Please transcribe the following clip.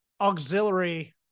auxiliary